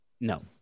No